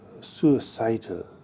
suicidal